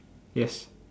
yes